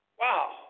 Wow